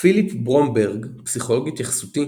פיליפ ברומברג פסיכולוג התייחסותי